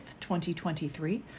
2023